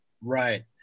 Right